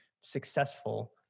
successful